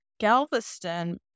Galveston